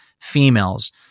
females